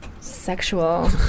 sexual